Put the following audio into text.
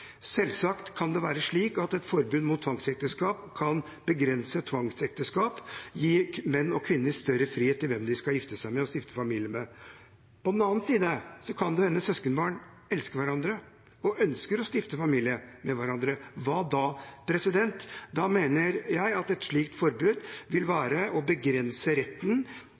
Selvsagt kan det være slik at et forbud mot tvangsekteskap kan begrense tvangsekteskap og gi menn og kvinner større frihet til hvem de skal gifte seg med og stifte familie med. På den annen side kan det hende søskenbarn elsker hverandre og ønsker å stifte familie med hverandre. Hva da? Da mener jeg at et slikt forbud vil være å begrense retten